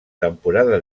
temporada